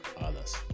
others